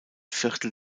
viertel